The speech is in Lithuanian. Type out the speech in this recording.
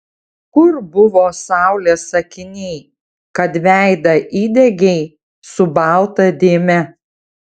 kur buvo saulės akiniai kad veidą įdegei su balta dėme